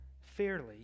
fairly